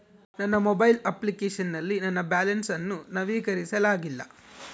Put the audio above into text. ನನ್ನ mobile application ನಲ್ಲಿ ನನ್ನ ಬ್ಯಾಲೆನ್ಸ್ ಅನ್ನು ನವೀಕರಿಸಲಾಗಿಲ್ಲ